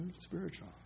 spiritual